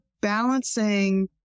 balancing